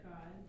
God